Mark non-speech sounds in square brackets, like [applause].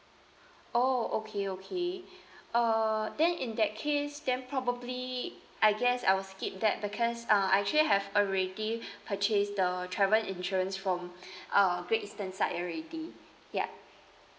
oh okay okay err then in that case then probably I guess I will skip that because uh I actually have already [breath] purchased the travel insurance from [breath] uh great eastern side already ya